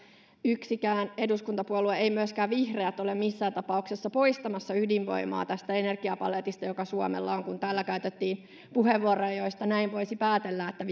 yksikään eduskuntapuolue ei myöskään vihreät ole missään tapauksessa poistamassa ydinvoimaa tästä energiapaletista joka suomella on kun täällä käytettiin puheenvuoroja joista näin voisi päätellä